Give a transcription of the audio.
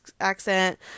accent